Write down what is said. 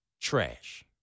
trash